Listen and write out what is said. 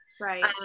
right